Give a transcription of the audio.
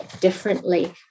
differently